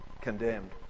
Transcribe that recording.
condemned